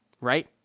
Right